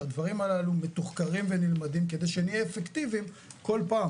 שהדברים הללו מתוחקרים ונלמדים כדי שנהיה אפקטיביים כל פעם.